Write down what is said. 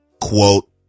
Quote